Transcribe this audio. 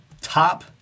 Top